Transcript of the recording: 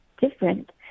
different